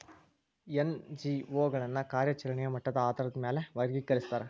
NGO ಗಳನ್ನ ಕಾರ್ಯಚರೆಣೆಯ ಮಟ್ಟದ ಆಧಾರಾದ್ ಮ್ಯಾಲೆ ವರ್ಗಿಕರಸ್ತಾರ